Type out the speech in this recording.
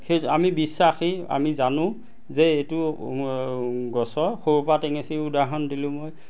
সেই আমি বিশ্বাসী আমি জানো যে এইটো গছৰ সৰু পাত টেঙেচিৰ উদাহৰণ দিলোঁ মই